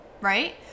right